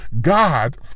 God